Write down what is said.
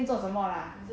你今天做什么 lah